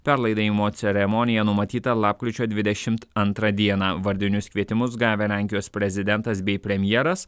perlaidojimo ceremonija numatyta lapkričio dvidešimt antrą dieną vardinius kvietimus gavę lenkijos prezidentas bei premjeras